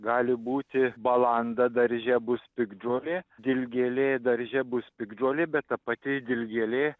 gali būti balanda darže bus piktžolė dilgėlė darže bus piktžolė bet ta pati dilgėlė